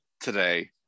today